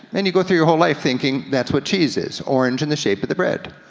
then you go through your whole life thinking that's what cheese is, orange in the shape of the bread.